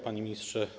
Panie Ministrze!